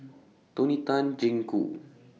Tony Tan Jeng Koo